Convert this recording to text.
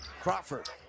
Crawford